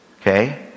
Okay